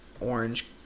orange